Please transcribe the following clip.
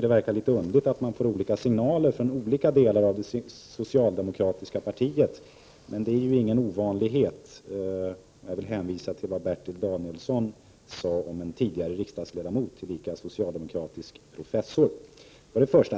Det är litet underligt när man får olika signaler från olika delar av det socialdemokratiska partiet, men det är inte något ovanligt — jag vill hänvisa till vad Bertil Danielsson sade om en tidigare riksdagsledamot, tillika socialdemokratisk professor.